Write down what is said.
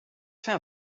fait